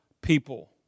people